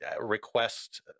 request